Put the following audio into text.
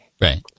Right